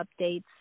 updates